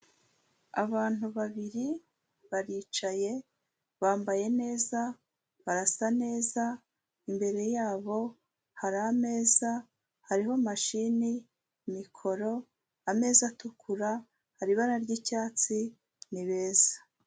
Abantu babiri baricaye, bambaye neza, barasa neza, imbere yabo hari ameza hariho mashini, mikoro, ameza atukura, hari ibara ry'icyatsi ni beza.